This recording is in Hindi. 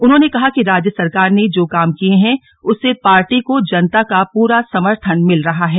उन्होंने कहा कि राज्य सरकार ने जो काम किए हैं उससे पार्टी को जनता का पूरा समर्थन मिल रहा है